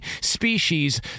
species